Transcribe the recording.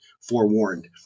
forewarned